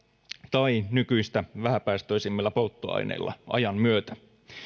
tai nykyistä vähäpäästöisemmillä polttoaineilla ajan myötä